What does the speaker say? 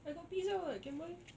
I got pizza [what] can buy